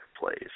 plays